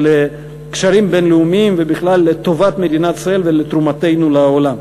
לקשרים בין-לאומיים ובכלל לטובת מדינת ישראל ולתרומתו לעולם.